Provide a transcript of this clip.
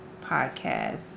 podcast